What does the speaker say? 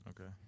Okay